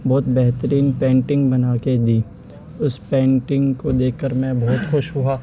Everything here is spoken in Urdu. بہت بہترین پینٹنگ بنا کے دی اس پینٹنگ کو دیکھ کر میں بہت خوش ہوا